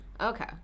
Okay